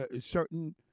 certain